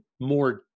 more